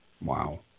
Wow